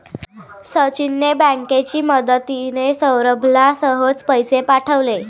सचिनने बँकेची मदतिने, सौरभला सहज पैसे पाठवले